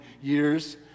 years